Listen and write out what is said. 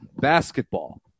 Basketball